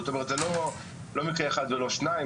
זאת אומרת זה לא מקרה אחד ולא שניים,